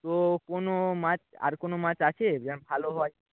তো কোনো মাছ আর কোনো মাছ আছে যা ভালো হয়